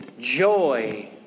joy